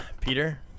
Peter